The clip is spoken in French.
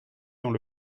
dans